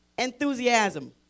Enthusiasm